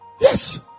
Yes